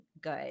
good